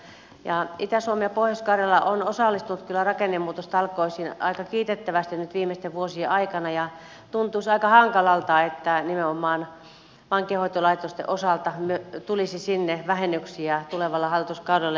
itä suomi ja pohjois karjala on osallistunut kyllä rakennemuutostalkoisiin aika kiitettävästi nyt viimeisten vuosien aikana ja tuntuisi aika hankalalta että nimenomaan vankeinhoitolaitosten osalta tulisi sinne vähennyksiä tulevalla hallituskaudella